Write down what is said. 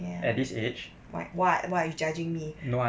ya what why judging me